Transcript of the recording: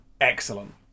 excellent